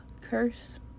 curse